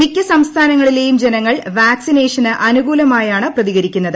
മിക്ക സംസ്ഥാനങ്ങളിലെയും ജനങ്ങൾ വാക്സിനേഷന് അനുകൂലമായാണ് പ്രതികരിക്കുന്നത്